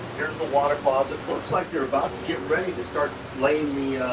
here's the water closet. looks like they're about to get ready to start laying the